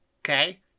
Okay